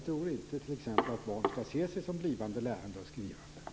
Jag tror t.ex. inte att barn skall se sig som blivande läsande och skrivande.